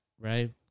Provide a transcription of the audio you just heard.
right